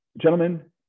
gentlemen